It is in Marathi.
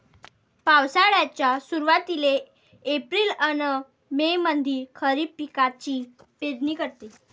पावसाळ्याच्या सुरुवातीले एप्रिल अन मे मंधी खरीप पिकाची पेरनी करते